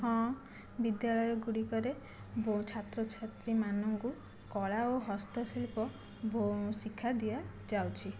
ହଁ ବିଦ୍ୟାଳୟଗୁଡ଼ିକରେ ଛାତ୍ରଛାତ୍ରୀମାନଙ୍କୁ କଳା ଓ ହସ୍ତଶିଳ୍ପ ଶିକ୍ଷା ଦିଆଯାଉଛି